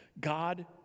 God